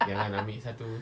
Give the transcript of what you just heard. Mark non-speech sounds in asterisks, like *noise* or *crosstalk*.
*laughs*